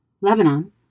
Lebanon